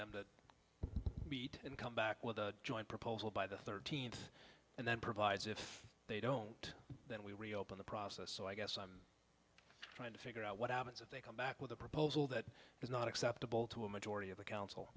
them to beat and come back with a joint proposal by the thirteenth and then provides if they don't then we reopen the process so i guess i'm trying to figure out what happens if they come back with a proposal that is not acceptable to a majority of the council